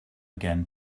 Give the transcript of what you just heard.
again